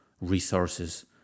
resources